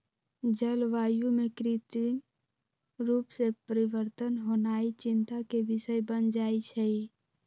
जलवायु में कृत्रिम रूप से परिवर्तन होनाइ चिंता के विषय बन जाइ छइ